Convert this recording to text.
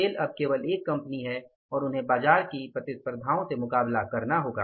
cell अब केवल एक कंपनी है और उन्हें बाजार की प्रतिस्पर्धाओं से मुकाबला करना होगा